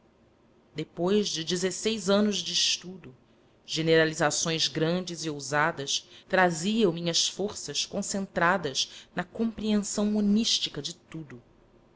depois de dezesseis anos de estudo generalizações grandes e ousadas traziam minhas forças concentradas na compreensão monística de tudo